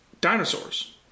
dinosaurs